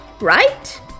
right